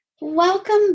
welcome